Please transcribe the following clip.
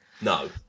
No